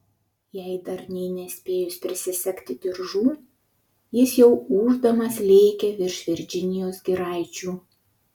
jai dar nė nespėjus prisisegti diržų jis jau ūždamas lėkė virš virdžinijos giraičių